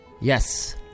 Yes